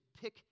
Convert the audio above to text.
pick